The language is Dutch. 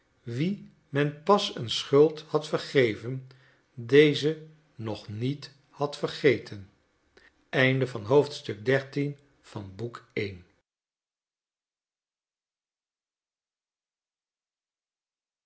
wien men pas een schuld had vergeven deze nog niet had vergeten